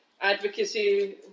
advocacy